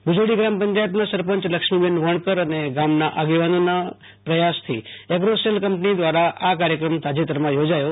ભુજોડી ગ્રામ પંચાયતના સરપંચલક્ષ્મીબેન વણકર અને ગામના આગેવાનોના પ્રયાસથી એગ્રોસેલ કંપની દ્વારા આ કાર્યક્રમ તાજેતરમાં યોજાયો